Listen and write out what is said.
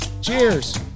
Cheers